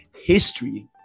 history